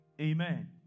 Amen